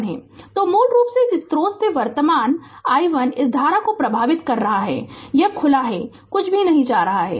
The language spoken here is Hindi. तो मूल रूप से इस स्रोत से वर्तमान i1 इस धारा को प्रवाहित कर रहा है यह खुला है कुछ भी नहीं जा रहा है